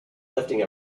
lifting